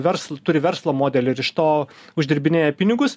versl turi verslo modelį ir iš to uždirbinėja pinigus